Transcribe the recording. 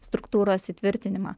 struktūros įtvirtinimą